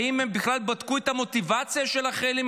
האם הם בכלל בדקו את המוטיבציה של החיילים